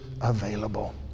available